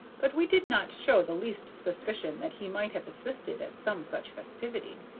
but we did not show the least suspicion that he might have assisted at some such festivity.